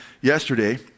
yesterday